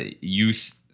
youth